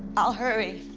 i'll hurry.